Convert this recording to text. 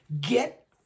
Get